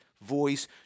voice